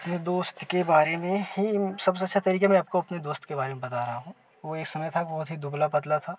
अपने दोस्त के बारे में यही सब से अच्छा तरीका अपने दोस्त के बारे में बता रहा हूँ वह एक समय था बहुत दुबला पतला था